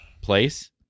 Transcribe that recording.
place